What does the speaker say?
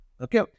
okay